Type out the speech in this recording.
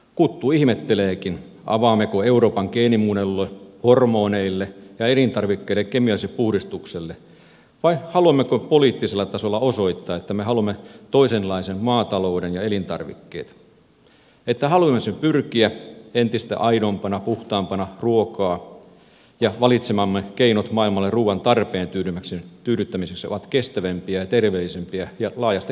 kuttu ihmetteleekin avaammeko euroopan geenimuunnelluille hormoneille ja elintarvikkeiden kemialliselle puhdistukselle vai haluammeko poliittisella tasolla osoittaa että me haluamme toisenlaisen maatalouden ja toisenlaiset elintarvikkeet että haluaisimme pyrkiä entistä aidompaan puhtaampaan ruokaan ja valitsemamme keinot maailmalle ruoan tarpeen tyydyttämiseksi ovat kestävämpiä ja terveellisempiä laajastikin tarkasteltuna